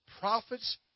Prophets